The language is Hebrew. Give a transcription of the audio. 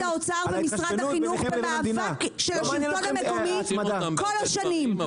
האוצר ומשרד החינוך במאבק של השלטון המקומי כל השנים.